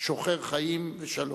שוחר חיים ושלום.